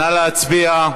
נא להצביע.